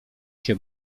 się